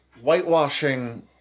whitewashing